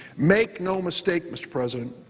make no mistake, mr. president,